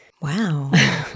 Wow